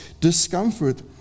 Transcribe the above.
discomfort